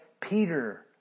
Peter